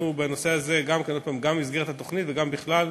אנחנו, בנושא הזה גם במסגרת התוכנית וגם בכלל,